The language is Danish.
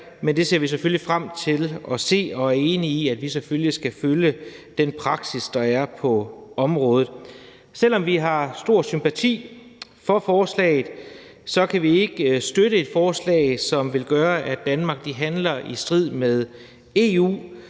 Men vi ser frem til at se dem og er enige i, at vi selvfølgelig skal følge den praksis, der er på området. Selv om vi har stor sympati for forslaget, kan vi ikke støtte et forslag, som vil gøre, at Danmark handler i strid med EU,